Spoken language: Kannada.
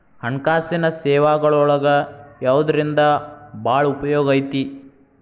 ಹಣ್ಕಾಸಿನ್ ಸೇವಾಗಳೊಳಗ ಯವ್ದರಿಂದಾ ಭಾಳ್ ಉಪಯೊಗೈತಿ?